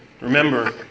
Remember